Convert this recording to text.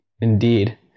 Indeed